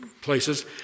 places